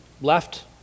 left